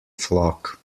flock